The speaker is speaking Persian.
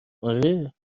آره